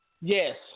Yes